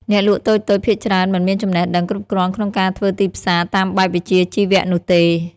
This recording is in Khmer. អ្នកលក់តូចៗភាគច្រើនមិនមានចំណេះដឹងគ្រប់គ្រាន់ក្នុងការធ្វើទីផ្សារតាមបែបវិជ្ជាជីវៈនោះទេ។